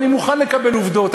אני מוכן לקבל עובדות.